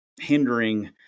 hindering